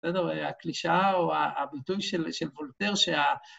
בסדר, הקלישאה או הביטוי של וולטר שה...